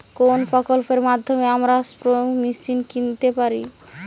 কোন প্রকল্পের মাধ্যমে আমরা স্প্রে মেশিন পেতে পারি?